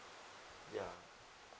ya